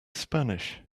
spanish